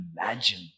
imagine